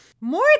More